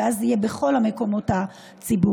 ואז זה יהיה בכל המקומות הציבוריים.